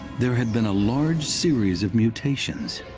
there had been a large series of mutations.